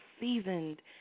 seasoned